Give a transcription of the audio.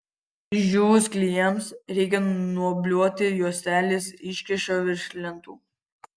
išdžiūvus klijams reikia nuobliuoti juostelės iškyšą virš lentų